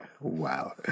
Wow